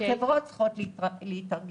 החברות צריכות להתארגן.